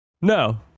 No